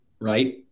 right